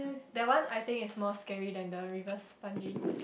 that one I think is more scary than the reverse bungee